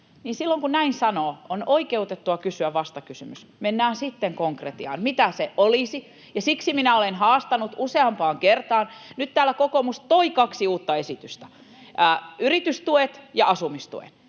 silloin kun näin sanoo, on oikeutettua kysyä vastakysymys. Mennään sitten konkretiaan, mitä se olisi, ja siksi minä olen haastanut useampaan kertaan. Nyt täällä kokoomus toi kaksi uutta esitystä: yritystuet ja asumistuen.